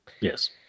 Yes